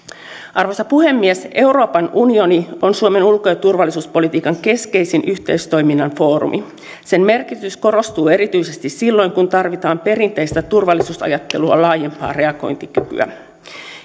arvoisa puhemies euroopan unioni on suomen ulko ja turvallisuuspolitiikan keskeisin yhteistoiminnan foorumi sen merkitys korostuu erityisesti silloin kun tarvitaan perinteistä turvallisuusajattelua laajempaa reagointikykyä